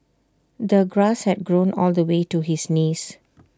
the grass had grown on the way to his knees